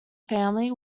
family